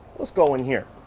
let's go in here.